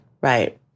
right